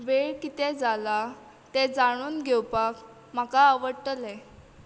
वेळ कितें जाला तें जाणून घेवपाक म्हाका आवडटलें